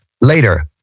later